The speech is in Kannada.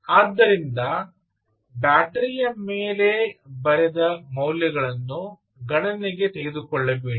ಆದ್ದರಿಂದ ಬ್ಯಾಟರಿಯ ಮೇಲೆ ಬರೆದ ಮೌಲ್ಯಗಳನ್ನು ಗಣನೆಗೆ ತೆಗೆದುಕೊಳ್ಳಬೇಡಿ